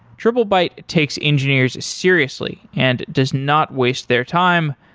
triplebyte takes engineers seriously and does not waste their time,